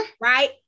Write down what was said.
Right